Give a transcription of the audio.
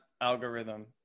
algorithm